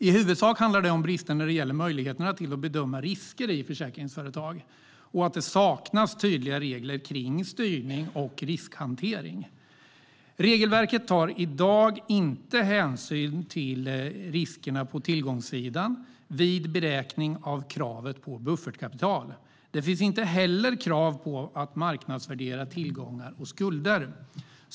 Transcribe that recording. I huvudsak handlar det om brister när det gäller möjligheterna att bedöma risker i försäkringsföretag och att det saknas tydliga regler kring styrning och riskhantering. Regelverket tar i dag inte hänsyn till riskerna på tillgångssidan vid beräkning av kravet på buffertkapital. Det finns inte heller krav på att marknadsvärdera tillgångar och skulder.